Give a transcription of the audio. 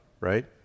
right